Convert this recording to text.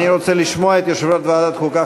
אני רוצה לשמוע את יושב-ראש ועדת החוקה,